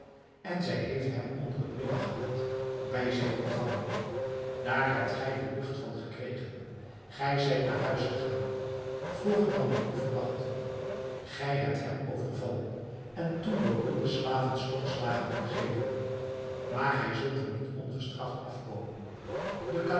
en zij heeft hem onder het middaggebed bij zich ontvangen daar hebt gij de lucht van gekregen gij zijt naar huis gegaan vroeger dan men u verwachtte gij hebt hem overvallen en toen door uwe slaven stokslagen doen geven maar gij zult er niet ongestraft afkomen de kalif